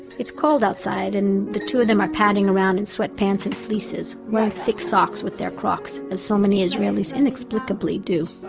it's cold outside, and the two of them are padding around in sweatpants and fleeces, wearing thick socks with their crocs, as so many israelis, inexplicably, do